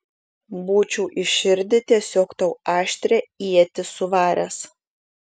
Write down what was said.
būčiau į širdį tiesiog tau aštrią ietį suvaręs